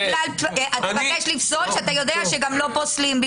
אז אתה מבקש לפסול כשאתה יודע שגם לא פוסלים,